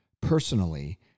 Personally